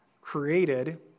created